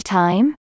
time